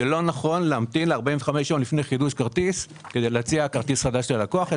שלא נכון להמתין ל-45 ימים לפני חידוש כרטיס כדי להציע כרטיס חדש ללקוח.